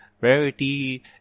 Rarity